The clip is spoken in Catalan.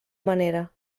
manera